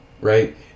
right